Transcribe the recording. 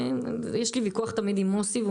יש לי ויכוח תמידי עם מוסי רז,